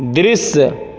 दृश्य